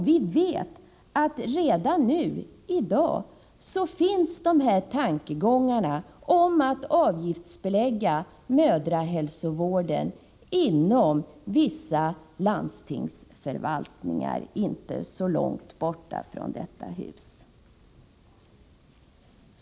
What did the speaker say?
Vi vet att redan i dag finns tankegångar om att avgiftsbelägga mödrahälsovården inom vissa landstingsförvaltningar inte så långt borta från detta hus.